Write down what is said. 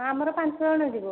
ଆମର ପାଞ୍ଚ ଜଣ ଯିବୁ